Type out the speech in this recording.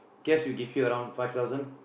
cash we give you around five thousand